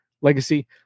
legacy